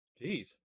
Jeez